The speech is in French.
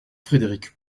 frédéric